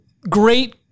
great